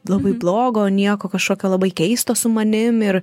labai blogo nieko kažkokio labai keisto su manim ir